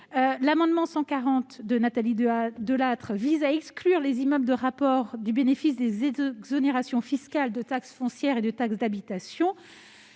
L'amendement n° 140 rectifié tend à exclure les immeubles de rapport du bénéfice des exonérations fiscales de taxe foncière et de taxe d'habitation.